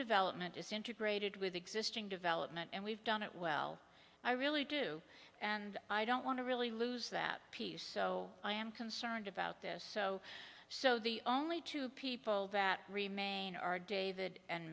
development is integrated with existing development and we've done it well i really do and i don't want to really lose that piece so i am concerned about this so so the only two people that remain are david and